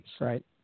Right